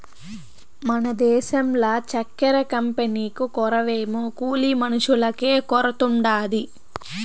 మన దేశంల చక్కెర కంపెనీకు కొరవేమో కూలి మనుషులకే కొరతుండాది